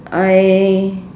I